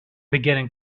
beginning